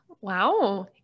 Wow